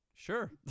Sure